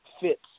fits